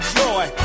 joy